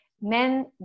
men